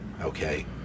okay